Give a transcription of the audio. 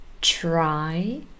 try